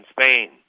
Spain